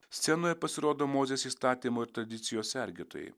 scenoje pasirodo mozės įstatymo ir tradicijos sergėtojai